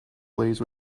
please